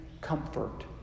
comfort